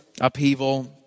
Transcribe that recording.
upheaval